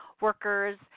workers